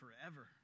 forever